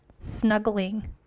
snuggling